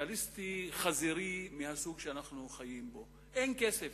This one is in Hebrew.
קפיטליסטי חזירי מהסוג שאנחנו חיים בו, אין כסף.